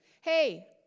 hey